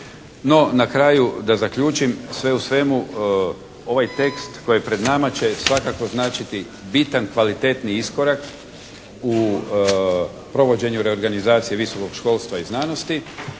na kraju da zaključim, sve u svemu ovaj tekst koji je pred nama će svakako značiti bitan kvalitetniji iskorak u provođenju reorganizacije visokog školstva i znanosti